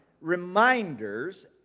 reminders